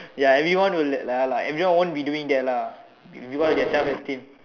ya everyone would like everyone won't be doing that lah we want get self esteem